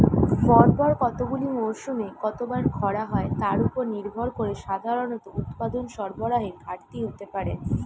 পরপর কতগুলি মরসুমে কতবার খরা হয় তার উপর নির্ভর করে সাধারণত উৎপাদন সরবরাহের ঘাটতি হতে পারে